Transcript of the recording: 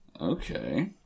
Okay